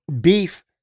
beef